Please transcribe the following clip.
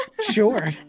sure